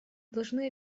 должны